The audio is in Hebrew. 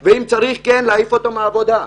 אם צריך אז להעיף אותו מהעבודה,